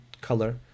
color